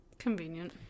convenient